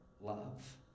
love